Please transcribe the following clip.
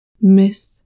myth